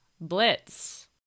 Blitz